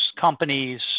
companies